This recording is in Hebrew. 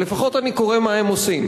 אבל לפחות אני קורא מה הם עושים.